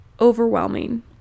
overwhelming